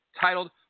titled